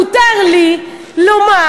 מותר לי לומר,